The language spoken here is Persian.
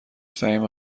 فهیمه